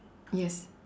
yes